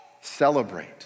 celebrate